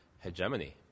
hegemony